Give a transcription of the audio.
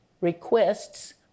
requests